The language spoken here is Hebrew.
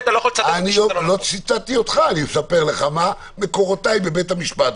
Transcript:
אני מספר לך מה מקורותיי בבית המשפט,